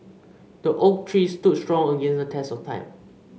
the oak tree stood strong against the test of time